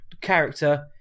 character